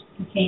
Okay